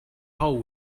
hole